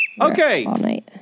Okay